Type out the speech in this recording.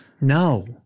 No